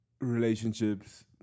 relationships